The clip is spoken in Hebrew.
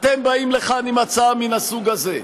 באים לכאן עם הצעה מהסוג הזה.